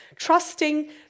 Trusting